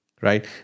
Right